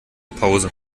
pause